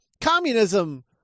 communism